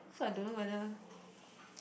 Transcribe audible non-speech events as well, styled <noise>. so I don't know whether <breath>